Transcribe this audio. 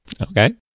Okay